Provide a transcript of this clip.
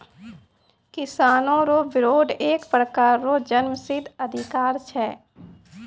किसानो रो बिरोध एक प्रकार रो जन्मसिद्ध अधिकार छै